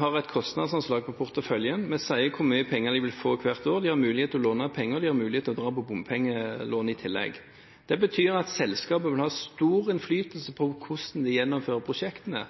har et kostnadsanslag over porteføljen – vi sier hvor mye penger de vil få hvert år. De har mulighet til å låne penger, og de har mulighet til bompengelån i tillegg. Det betyr at selskapet vil ha stor innflytelse på hvordan de gjennomfører prosjektene.